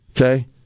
Okay